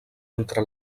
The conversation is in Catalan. entre